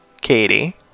Katie